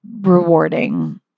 rewarding